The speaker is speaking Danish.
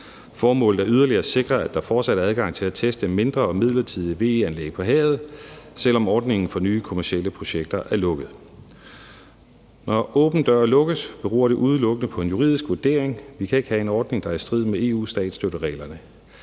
Formålet er yderligere at sikre, at der fortsat er adgang til at teste mindre og midlertidige ved VE-anlæg på havet, selv om ordningen for nye kommercielle projekter er lukket. Når åben dør-ordningen lukkes, beror det udelukkende på en juridisk vurdering. Vi kan ikke have en ordning, der er i strid med EU's statsstøtteregler.